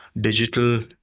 digital